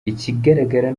ikigaragara